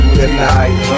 tonight